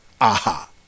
Aha